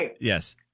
Yes